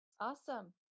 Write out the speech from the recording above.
Awesome